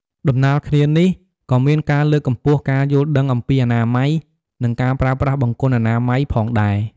ដំណាលគ្នានេះ ក៏មានការលើកកម្ពស់ការយល់ដឹងអំពី អនាម័យ និងការប្រើប្រាស់បង្គន់អនាម័យផងដែរ។